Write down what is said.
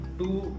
two